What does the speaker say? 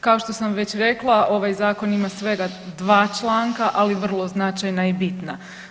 Kao što sam već rekla, ovaj Zakon ima svega dva članka, ali vrlo značajna i bitna.